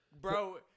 Bro